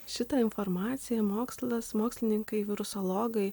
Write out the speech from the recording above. šitą informaciją mokslas mokslininkai virusologai